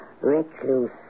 recluse